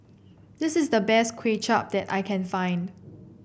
this is the best Kway Chap that I can find